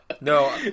no